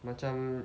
macam